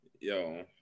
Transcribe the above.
Yo